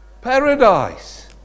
paradise